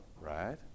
right